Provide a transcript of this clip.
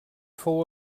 fou